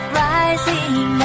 rising